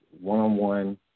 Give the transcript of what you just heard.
one-on-one